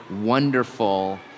wonderful